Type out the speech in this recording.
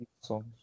songs